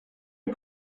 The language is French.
est